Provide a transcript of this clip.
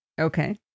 Okay